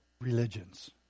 religions